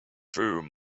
through